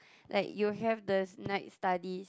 like you have the night study